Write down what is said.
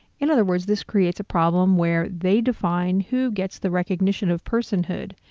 in other words, this creates a problem where they define who gets the recognition of personhood,